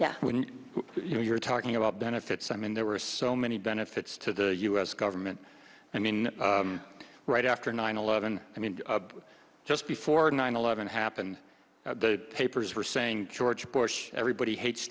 know when you're talking about benefits i mean there were so many benefits to the u s government i mean right after nine eleven i mean just before nine eleven happened the papers were saying george bush everybody hates